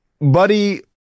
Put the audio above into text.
Buddy